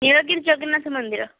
ନୀଳଗିରି ଜଗନ୍ନାଥ ମନ୍ଦିର